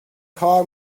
کار